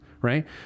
right